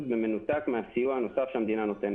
במנותק מן הסיוע הנוסף שהמדינה נותנת.